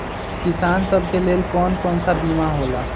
किसान सब के लेल कौन कौन सा बीमा होला?